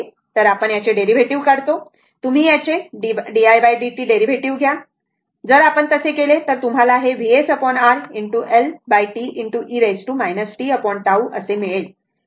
तर आपण याचे डेरीवेटीव्ह काढतो तुम्ही याचे d i d t derivative घ्या आपण जर तसे केले तर तुम्हाला VsR Lτ e tT मिळेल